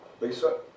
Lisa